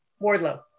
Wardlow